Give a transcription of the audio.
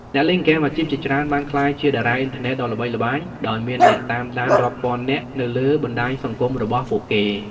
អ្នកលេងហ្គេមអាជីពជាច្រើនបានក្លាយជាតារាអុីនធឺណិតដ៏ល្បីល្បាញ ដោយមានអ្នកតាមដានរាប់ពាន់នាក់នៅលើបណ្ដាញសង្គមរបស់ពួកគេ។